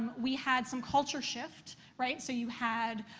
we had some culture shift, right? so you had,